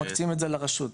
מקצים את זה לרשות,